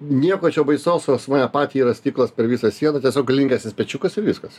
nieko čia baisaus pas mane patį yra stiklas per visą sieną tiesiog galingesnis pečiukas ir viskas